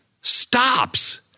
stops